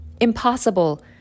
Impossible